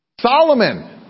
Solomon